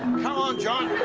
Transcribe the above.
come on, john.